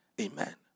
Amen